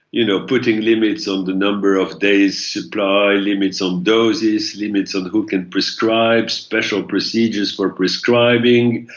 you know, putting limits on the number of days' supply, limits on doses, limits on who can prescribe, special procedures for prescribing,